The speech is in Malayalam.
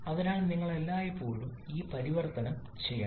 അതിനാൽ നിങ്ങൾ എല്ലായ്പ്പോഴും ഈ പരിവർത്തനം ചെയ്യണം